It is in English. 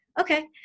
okay